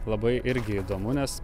labai irgi įdomu nes